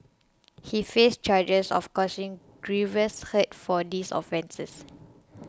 he faced charges of causing grievous hurt for these offences